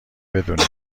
بدونی